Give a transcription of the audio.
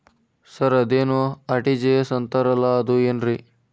Sir ಅದೇನು RTGS ಅಂತಾರಲಾ ಅದು ಏನ್ರಿ?